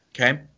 Okay